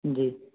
जी